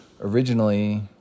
Originally